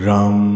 Ram